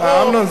אמנון,